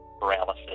paralysis